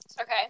Okay